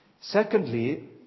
Secondly